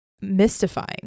mystifying